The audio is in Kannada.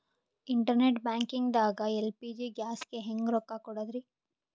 ಇಂಟರ್ನೆಟ್ ಬ್ಯಾಂಕಿಂಗ್ ದಾಗ ಎಲ್.ಪಿ.ಜಿ ಗ್ಯಾಸ್ಗೆ ಹೆಂಗ್ ರೊಕ್ಕ ಕೊಡದ್ರಿ?